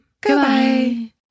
Goodbye